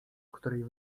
której